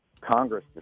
Congress